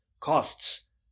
costs